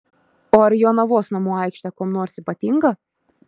o ar jonavos namų aikštė kuom nors ypatinga